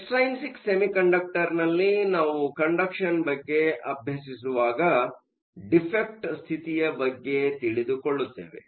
extrinsic ಸೆಮಿಕಂಡಕ್ಟರ್ನಲ್ಲಿ ನಾವು conduction ಬಗ್ಗೆ ಅಭ್ಯಸಿಸುವಾಗ ಡಿಫೆ಼ಕ್ಟ್ಸ್ಥಿತಿಯ ಬಗ್ಗೆ ತಿಳಿದುಕೊಳ್ಳುತ್ತೇವೆ